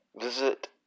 Visit